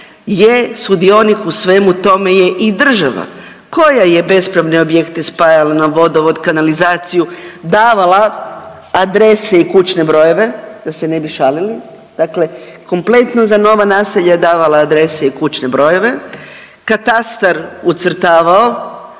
je sudionik u svemu tome je država koja je bespravne objekte spajala na vodovod, kanalizaciju, davala adrese i kućne brojeve da se ne bi šalili. Dakle, kompletno za nova naselja davala adrese i kućne brojeve, katastar ucrtavao.